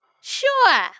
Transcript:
Sure